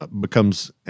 becomes